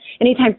Anytime